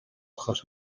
achos